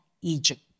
Egypt